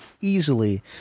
easily